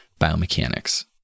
biomechanics